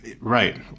Right